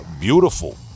beautiful